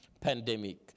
pandemic